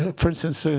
ah for instance, so